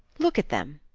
look at them!